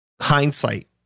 hindsight